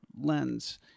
lens